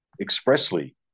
expressly